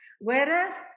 whereas